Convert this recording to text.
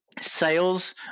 sales